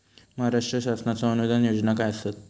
महाराष्ट्र शासनाचो अनुदान योजना काय आसत?